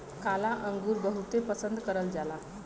काला अंगुर बहुते पसन्द करल जाला